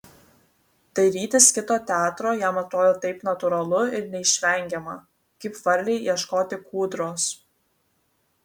dairytis kito teatro jam atrodė taip natūralu ir neišvengiama kaip varlei ieškoti kūdros